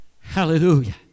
Hallelujah